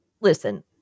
Listen